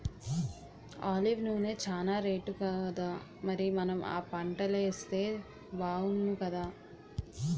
olive నూనె చానా రేటుకదా మరి మనం ఆ పంటలేస్తే బాగుణ్ణుకదా